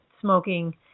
smoking